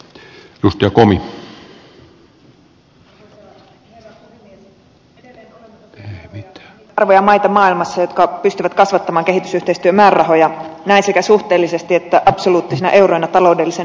edelleen tosiaan olemme niitä harvoja maita maailmassa jotka pystyvät kasvattamaan kehitysyhteistyömäärärahoja näin sekä suhteellisesti että absoluuttisina euroina taloudellisen turbulenssinkin aikana